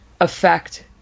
affect